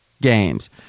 games